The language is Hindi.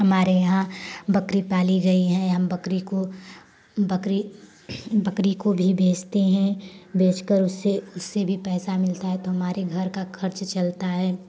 हमारे यहाँ बकरी पाली गई है हम बकरी को बकरी बकरी को भी बेचते हैं बेचकर उससे उससे भी पैसा मिलता है तो हमारे घर का खर्च चलता है